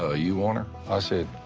ah you want her? i said,